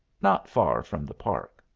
not far from the park.